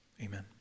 amen